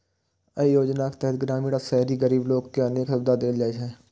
अय योजनाक तहत ग्रामीण आ शहरी गरीब लोक कें अनेक सुविधा देल जाइ छै